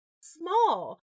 small